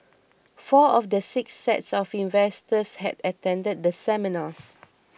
four of the six sets of investors had attended the seminars